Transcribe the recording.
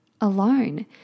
alone